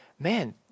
man